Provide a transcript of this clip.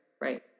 right